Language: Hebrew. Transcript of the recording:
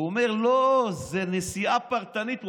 הוא אומר: לא, זאת נסיעה פרטנית.